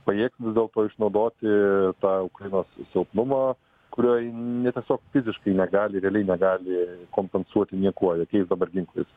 pajėgs vis dėlto išnaudoti tą ukrainos silpnumą kurio ji ne tiesiog fiziškai negali realiai negali kompensuoti niekuo jokiais dabar ginklais